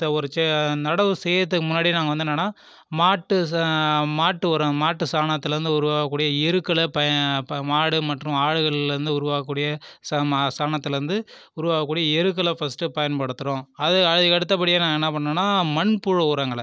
ஒரு நடவு செய்கிறதுக்கு முன்னாடி நாங்கள் வந்து என்னென்னா மாட்டு மாட்டு உரம் மாட்டுச் சாணத்துலேருந்து உருவாகக்கூடிய எருக்களை பயன் மாடு மற்றும் ஆடுகள்ல இருந்து உருவாகக்கூடிய சாணத்தில் இருந்து உருவாகக்கூடிய எருக்களை ஃப்ர்ஸ்ட் பயன்ப்படுத்துறோம் அதே அதுக்கு அடுத்துபடியாக நாங்கள் என்ன பண்றோம்னா மண் புழு உரங்களை